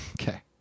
okay